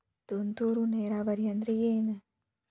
ತುಂತುರು ನೇರಾವರಿ ಅಂದ್ರ ಏನ್?